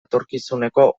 etorkizuneko